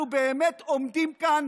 אנחנו באמת עומדים כאן